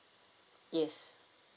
yes